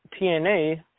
TNA